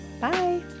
Bye